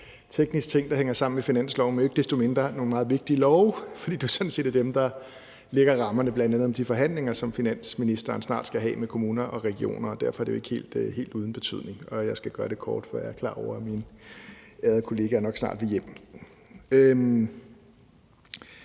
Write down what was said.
teknisk ting, der hænger sammen med finansloven, men ikke desto mindre er det nogle meget vigtige love, fordi det sådan set er dem, der sætter rammerne bl.a. for de forhandlinger, som finansministeren snart skal have med kommuner og regioner. Derfor er det ikke helt uden betydning. Og jeg skal gøre det kort, for jeg er klar over, at mine ærede kollegaer nok snart vil hjem.